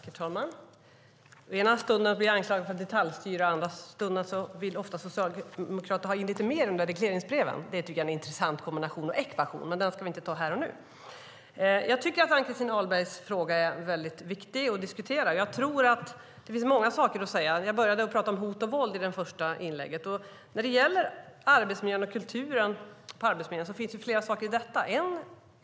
Herr talman! Ena stunden blir jag anklagad för att detaljstyra. Andra stunden vill Socialdemokraterna ha in lite mer i regleringsbreven. Det är en intressant kombination och ekvation, men den ska vi inte ta här och nu. Jag tycker att Ann-Christin Ahlbergs fråga är viktig att diskutera. Det finns många saker att säga. Jag började prata om hot och våld i det första inlägget. När det gäller arbetsmiljön och kulturen på Arbetsförmedlingen finns det flera saker att säga.